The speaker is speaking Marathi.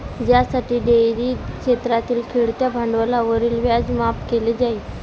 ज्यासाठी डेअरी क्षेत्रातील खेळत्या भांडवलावरील व्याज माफ केले जाईल